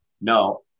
No